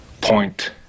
point